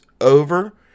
over